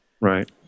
Right